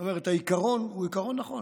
זאת אומרת, העיקרון הוא עיקרון נכון: